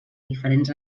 diferents